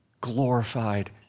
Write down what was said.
glorified